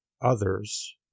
others